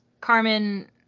Carmen